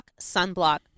sunblock